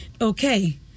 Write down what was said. Okay